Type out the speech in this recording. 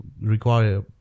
require